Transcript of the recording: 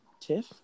TIFF